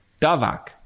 Davak